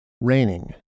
raining